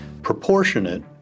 proportionate